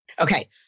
Okay